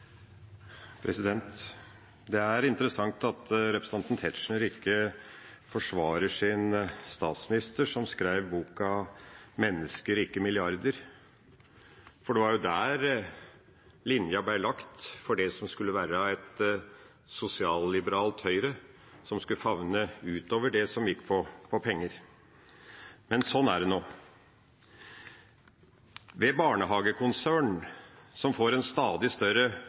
interessant at representanten Tetzschner ikke forsvarer sin statsminister, som skrev boka «Mennesker, ikke milliarder», for det var der linja ble lagt for det som skulle være et sosialliberalt Høyre, som skulle favne utover det som handler om penger. Men sånn er det nå. For barnehagekonsern, som får en stadig større